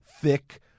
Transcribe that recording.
Thick